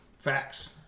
Facts